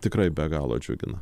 tikrai be galo džiugina